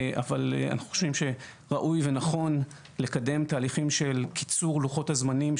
אבל אנחנו חושבים שראוי ונכון לקדם תהליכים של קיצור לוחות הזמנים,